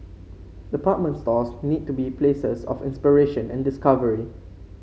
department stores need to be places of inspiration and discovery